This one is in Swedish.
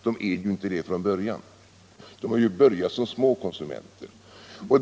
De är ju inte det från början. De har ju börjat som små konsumenter.